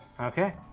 Okay